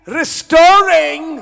restoring